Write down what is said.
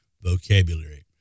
vocabulary